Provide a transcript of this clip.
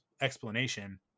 explanation